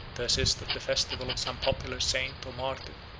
to assist at the festival of some popular saint, or martyr,